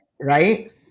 right